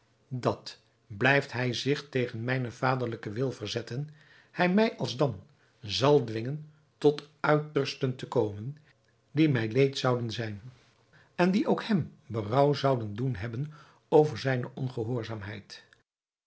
dat blijft hij zich tegen mijnen vaderlijken wil verzetten hij mij alsdan zal dwingen tot uitersten te komen die mij leed zouden zijn en die ook hem berouw zouden doen hebben over zijne ongehoorzaamheid